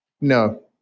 no